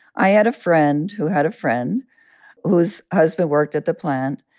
i had a friend who had a friend whose husband worked at the plant,